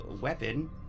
weapon